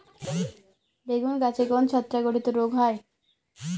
বেগুন গাছে কোন ছত্রাক ঘটিত রোগ হয়?